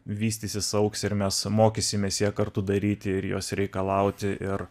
vystysis augs ir mes mokysimės ją kartu daryti ir jos reikalauti ir